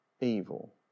evil